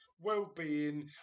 wellbeing